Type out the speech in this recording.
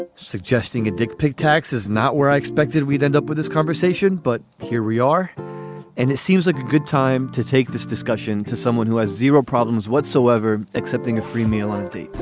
and suggesting a dick pic tax is not where i expected we'd end up with this conversation but here we are and it seems like a good time to take this discussion to someone who has zero problems whatsoever accepting a free meal and